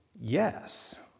yes